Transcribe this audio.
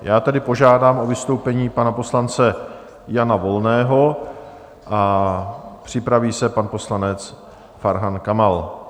Já tedy požádám o vystoupení pana poslance Jana Volného a připraví se pan poslanec Farhan Kamal.